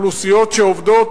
אוכלוסיות שעובדות,